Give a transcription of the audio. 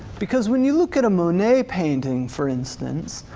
because when you look at a monet painting for instance,